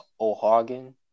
O'Hagan